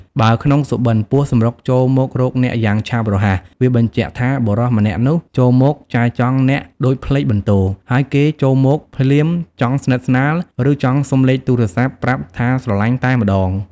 បើក្នុងសុបិន្ត ពស់សម្រុកចូលមករកអ្នកយ៉ាងឆាប់រហ័ស វាបញ្ជាក់ថា បុរសម្នាក់នោះចូលមកចែចង់អ្នកដូចផ្លេកបន្ទោរ ហើយគេចូលមក ភ្លាមចង់ស្និទ្ធស្នាល ឬ ចង់សុំលេខទូរស័ព្ទប្រាប់ថាស្រលាញ់តែម្តង។